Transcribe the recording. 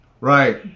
Right